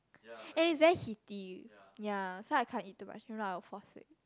and it's very heaty ya so I can't eat too much if not I will fall sick